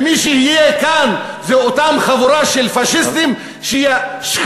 ומי שיהיה כאן זו אותה חבורה של פאשיסטים שישחירו